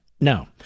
no